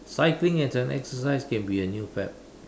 cycling as an exercise can be a new fad